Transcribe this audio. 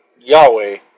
Yahweh